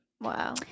Wow